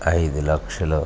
ఐదు లక్షలు